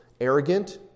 arrogant